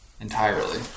Entirely